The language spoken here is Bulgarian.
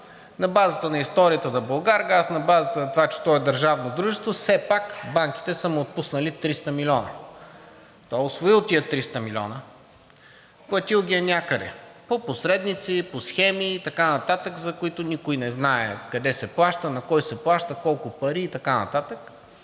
На базата на историята на „Булгаргаз“, на базата на това, че той е държавно дружество все пак, банките са му отпуснали 300 милиона. Той е усвоил тези 300 милиона, платил ги е някъде по посредници, по схеми и така нататък, за които никой не знае къде се плаща, на кой се плаща, колко пари и така нататък,